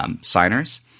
signers